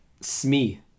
Smee